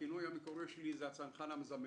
הכינוי המקורי שלי הוא הצנחן המזמר.